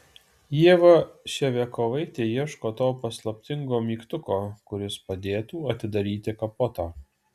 ieva ševiakovaitė ieško to paslaptingo mygtuko kuris padėtų atidaryti kapotą